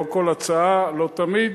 לא כל הצעה, לא תמיד,